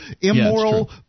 immoral